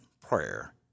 prayer